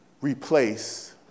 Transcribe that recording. replace